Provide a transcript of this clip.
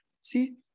See